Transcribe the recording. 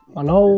Hello